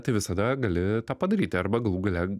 tai visada gali tą padaryti arba galų gale